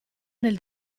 nel